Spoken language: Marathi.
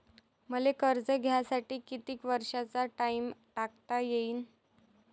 मले कर्ज घ्यासाठी कितीक वर्षाचा टाइम टाकता येईन?